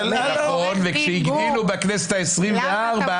נכון, וכשהגדילו בכנסת העשרים וארבע